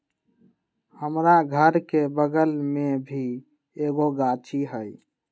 हमरा घर के बगल मे भी एगो गाछी हई